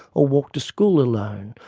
or walk to school alone,